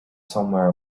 somewhere